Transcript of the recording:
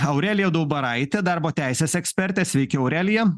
aurelija daubaraitė darbo teisės ekspertė sveiki aurelija